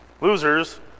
losers